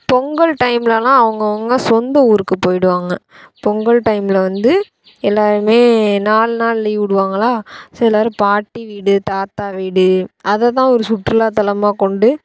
பொங்கல் டைம்லெலாம் அவங்கவுங்க சொந்த ஊருக்கு போயிடுவாங்க பொங்கல் டைமில் வந்து எல்லோருமே நாலு நாள் லீவ் விடுவாங்களா ஸோ எல்லோரும் பாட்டி வீடு தாத்தா வீடு அதைதான் ஒரு சுற்றுலாத்தலமாக கொண்டு